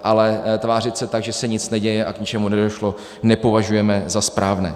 Ale tvářit se tak, že se nic neděje a k ničemu nedošlo, nepovažujeme za správné.